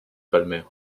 palmer